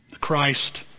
Christ